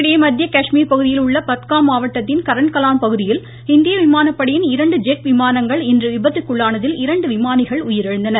இதனிடையே மத்திய காஷ்மீர் பகுதியில் உள்ள பட்காம் மாவட்டத்தின் கரண்ட்கலான் பகுதியில் இந்திய விமானப்படையின் இரண்டு ஜெட் விமானங்கள் இன்று விபத்துக்குள்ளானதில் இரண்டு விமானிகள் உயிரிழந்தனர்